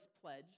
pledge